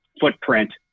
footprint